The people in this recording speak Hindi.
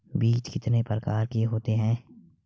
बीज कितने प्रकार के होते हैं?